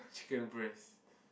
chicken breast